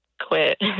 quit